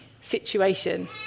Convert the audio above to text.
situation